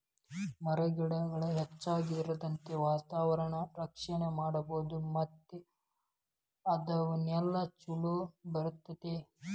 ಮರ ಗಿಡಗಳ ಹೆಚ್ಚಾಗುದರಿಂದ ವಾತಾವರಣಾನ ರಕ್ಷಣೆ ಮಾಡಬಹುದು ಮತ್ತ ಆದಾಯಾನು ಚುಲೊ ಬರತತಿ